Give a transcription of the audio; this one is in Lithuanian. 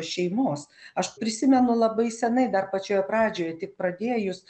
šeimos aš prisimenu labai senai dar pačioje pradžioje tik pradėjus